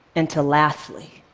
and to, lastly